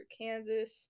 Kansas